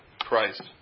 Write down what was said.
Christ